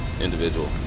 individual